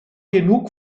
genug